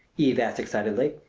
eve asked excitedly.